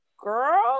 girl